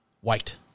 white